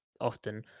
often –